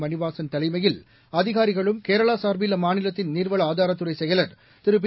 மணிவாசன் தலைமையில் அதிகாரிகளும் கேரளா சார்பில் அம்மாநிலத்தின் நீர்வள ஆதாரத் துறை செயவர் திரு பி